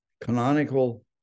canonical